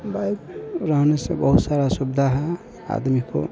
bike रहने से बहुत सारा सुविधा है आदमी को